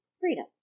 freedom